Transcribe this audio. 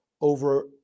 over